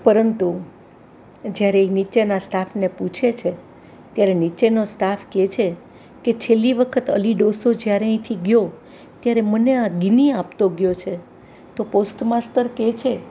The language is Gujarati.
પરંતુ જ્યારે એ નીચેના સ્ટાફને પૂછે છે ત્યારે નીચેનો સ્ટાફ કહે છે કે છેલ્લી વખત અલી ડોસો જ્યારે અહીંથી ગયો ત્યારે મને આ ગિની આપતો ગયો છે તો પોસ્ટ માસ્તર કહે છે